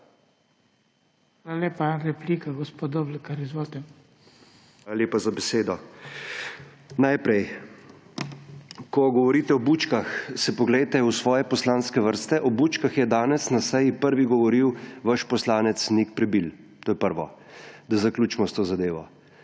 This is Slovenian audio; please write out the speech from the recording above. BORIS DOBLEKAR (PS SDS): Hvala lepa za besedo. Najprej, ko govorite o bučkah, si poglejte v svoje poslanske vrste. O bučkah je danes na seji prvi govoril vaš poslanec Nik Prebil. To je prvo, da zaključimo s to zadevo.